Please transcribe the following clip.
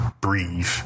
breathe